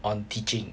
on teaching